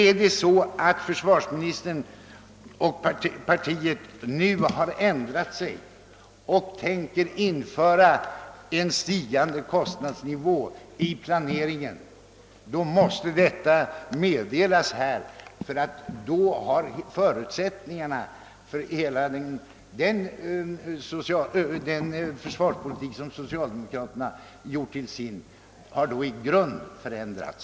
Är det så att försvarsministern och partiet nu har ändrat sig och tänker införa en stigande kostnadsnivå i planeringen, så måste detta meddelas; då har ju nämligen förutsättningarna för hela den försvarspolitik som socialdemokraterna hela detta år gjort till sin i grunden förändrats.